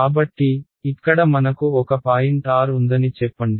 కాబట్టి ఇక్కడ మనకు ఒక పాయింట్ r ఉందని చెప్పండి